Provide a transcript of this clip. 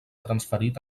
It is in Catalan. transferit